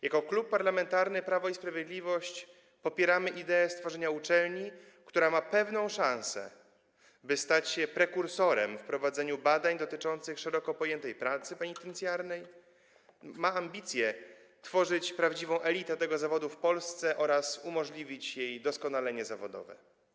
Jako Klub Parlamentarny Prawo i Sprawiedliwość popieramy ideę utworzenia uczelni, która ma szansę stać się prekursorem w prowadzeniu badań dotyczących szeroko pojętej pracy penitencjarnej, ma ambicje tworzyć prawdziwą elitę tego zawodu w Polsce oraz umożliwić jej doskonalenie zawodowe.